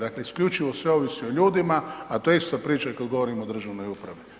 Dakle, isključivo sve ovisi o ljudima, a to je ista priča kad govorimo o državnoj upravi.